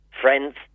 friends